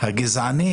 הגזעני